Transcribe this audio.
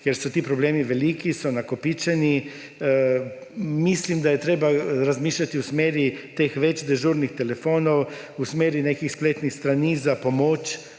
ker so ti problemi veliki, so nakopičeni. Mislim, da je treba razmišljati v smeri več teh dežurnih telefonov, v smeri nekih spletnih strani za pomoč